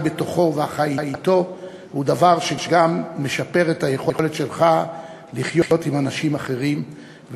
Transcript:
בתוכו והחי אתו היא דבר שגם משפר את היכולת שלך לחיות עם אנשים אחרים.